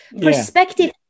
perspective